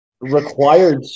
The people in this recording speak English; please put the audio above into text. required